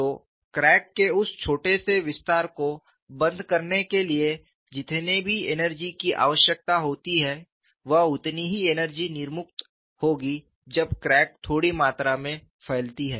तो क्रैक के उस छोटे से विस्तार को बंद करने के लिए जितनी भी एनर्जी की आवश्यकता होती है वह उतनी ही एनर्जी निर्मुक्त होगी जब क्रैक थोड़ी मात्रा में फैलती है